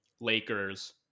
Lakers